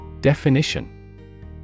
Definition